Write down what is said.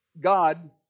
God